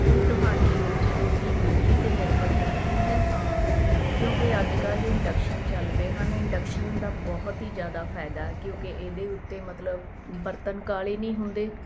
ਕੀ ਤੁਹਾਡੀ ਰੋਜ਼ੀ ਰੋਟੀ ਬਿਜਲੀ 'ਤੇ ਨਿਰਭਰ ਕਰਦੀ ਹੈ ਹਾਂ ਕਿਉਂਕਿ ਅੱਜ ਕੱਲ੍ਹ ਇੰਡਕਸ਼ਨ ਚੱਲ ਪਏ ਹਨ ਇੰਡਕਸ਼ਨ ਦਾ ਬਹੁਤ ਹੀ ਜ਼ਿਆਦਾ ਫ਼ਾਇਦਾ ਕਿਉਂਕਿ ਇਹਦੇ ਉੱਤੇ ਮਤਲਬ ਬਰਤਨ ਕਾਲੇ ਨਹੀਂ ਹੁੰਦੇ